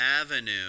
avenue